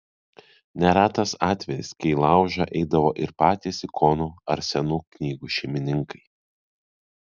neretas atvejis kai į laužą eidavo ir patys ikonų ar senų knygų šeimininkai